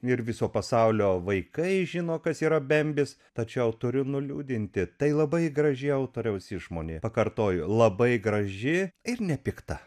ir viso pasaulio vaikai žino kas yra bembis tačiau turiu nuliūdinti tai labai graži autoriaus išmonė pakartoju labai graži ir nepikta